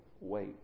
wait